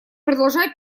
продолжать